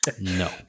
No